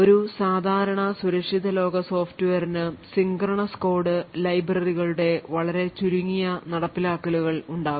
ഒരു സാധാരണ സുരക്ഷിത ലോക സോഫ്റ്റ്വെയറിന് synchronous code ലൈബ്രറികളുടെ വളരെ ചുരുങ്ങിയ നടപ്പാക്കലുകൾ ഉണ്ടാകും